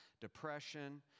depression